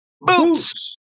Boots